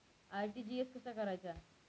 RTGS कसा करायचा?